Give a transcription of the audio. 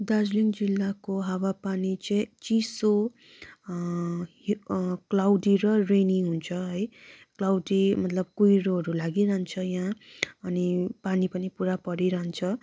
दार्जिलिङ जिल्लाको हावा पानी चाहिँ चिसो क्लाउडी र रेनी हुन्छ है क्लाउडी मतलब कुइरोहरू लागिरहन्छ यहाँ अनि पानी पनि पुरा परिरहन्छ